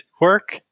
work